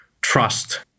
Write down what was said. trust